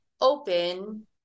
open